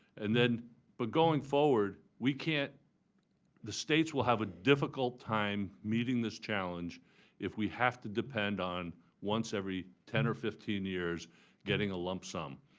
and then but going forward, we could the states will have a difficult time meeting this challenge if we have to depend on once every ten or fifteen years getting a lump sum.